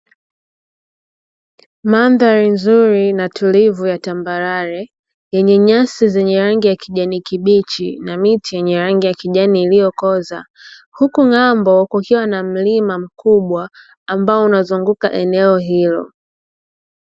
Mandhari nzuri na tulivu ya tambarare yenye nyasi zenye rangi ya kijani kibichi, na miti yenye rangi ya kijani iliyokoza, huku ng'ambo kukiwa na mlima mkubwa ambao unazunguka eneo hilo.